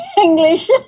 English